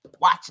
Watch